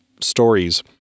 stories